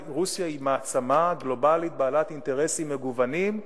רוסיה היא מעצמה גלובלית בעלת אינטרסים מגוונים,